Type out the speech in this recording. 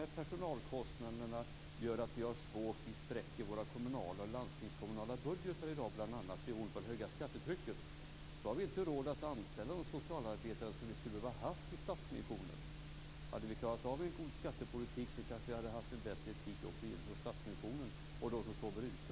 De personalkostnaderna gör att vi spräcker våra kommunala och landstingskommunala budgetar i dag. Beroende på bl.a. det höga skattetrycket har vi inte råd att anställa de socialarbetare som skulle ha behövts i Stadsmissionen. Hade vi klarat av en god skattepolitik kanske vi hade haft en bättre etik också när det gäller Stadsmissionen och dem som sover ute.